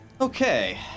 Okay